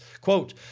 Quote